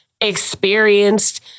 experienced